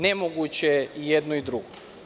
Nemoguće je i jedno i drugo.